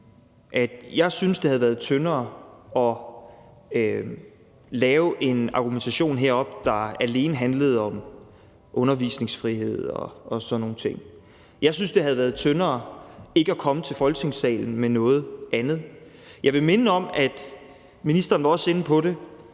jeg synes, det havde været tyndere at lave en argumentation heroppe, der alene handlede om undervisningsfrihed og sådan nogle ting. Jeg synes, det havde været tyndere ikke at komme til Folketingssalen med noget andet. Jeg vil minde om – ministeren var også inde på det